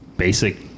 Basic